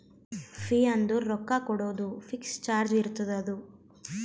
fee ಅಂದುರ್ ರೊಕ್ಕಾ ಕೊಡೋದು ಫಿಕ್ಸ್ ಚಾರ್ಜ್ ಇರ್ತುದ್ ಅದು